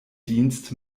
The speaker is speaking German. dienst